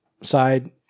side